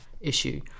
issue